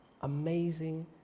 Amazing